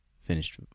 finished